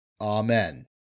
Amen